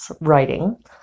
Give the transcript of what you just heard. writing